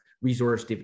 resource